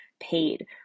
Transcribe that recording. paid